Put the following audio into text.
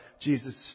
Jesus